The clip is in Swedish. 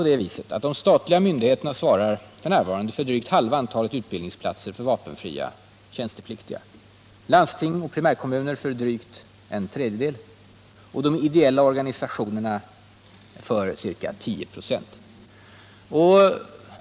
De statliga myndigheterna svarar f. n. för drygt halva antalet utbildningsplatser för vapenfria tjänstepliktiga, landsting och primärkommuner för drygt en tredjedel och de ideella organisationerna för ca 10 96.